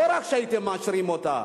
לא רק שהייתם מאשרים אותה,